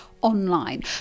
online